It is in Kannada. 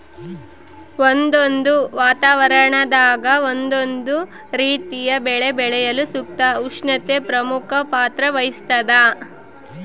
ಒಂದೊಂದು ವಾತಾವರಣದಾಗ ಒಂದೊಂದು ರೀತಿಯ ಬೆಳೆ ಬೆಳೆಯಲು ಸೂಕ್ತ ಉಷ್ಣತೆ ಪ್ರಮುಖ ಪಾತ್ರ ವಹಿಸ್ತಾದ